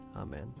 Amen